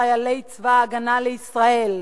חיילי צבא-הגנה לישראל,